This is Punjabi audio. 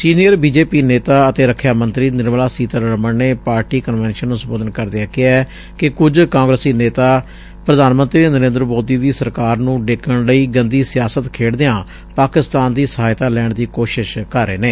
ਸੀਨੀਅਰ ਬੀ ਜੇ ਪੀ ਨੇਤਾ ਅਤੇ ਰਖਿਆ ਮੰਤਰੀ ਨਿਰਮਲਾ ਸੀਤਾ ਰਮਣ ਨੇ ਪਾਰਟੀ ਕਨਵੈਨਸ਼ਨ ਨੂੰ ਸੰਬੋਧਨ ਕਰਦਿਆਂ ਕਿਹੈ ਕਿ ਕੁਝ ਕਾਂਗਰਸੀ ਨੇਤਾ ਪ੍ਧਾਨ ਮੰਤਰੀ ਮੋਦੀ ਦੀ ਸਰਕਾਰ ਨੂੰ ਡੇਗਣ ਲਈ ਗੰਦੀ ਸਿਆਸਤ ਖੇਡਦਿਆਂ ਪਾਕਿਸਤਾਨ ਦੀ ਸਹਾਇਤਾ ਲੈਣ ਦੀ ਕੋਸ਼ਿਸ਼ ਕਰ ਰਹੇ ਨੇ